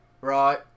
Right